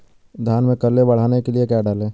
धान में कल्ले बढ़ाने के लिए क्या डालें?